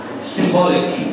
symbolic